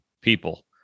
people